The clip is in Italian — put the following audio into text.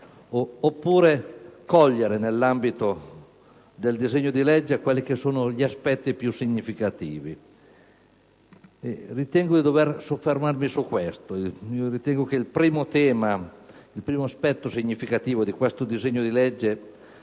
oppure cogliere, nell'ambito del disegno di legge, gli aspetti più significativi. Ritengo di dovermi soffermare su questi. Credo che il primo aspetto significativo di questo disegno di legge